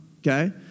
okay